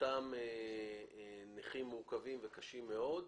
אותם נכים מורכבים וקשים מאוד,